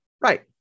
Right